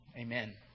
Amen